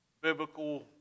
biblical